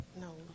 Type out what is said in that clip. No